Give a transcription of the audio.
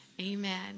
Amen